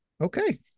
Okay